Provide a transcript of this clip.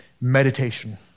meditation